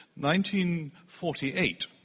1948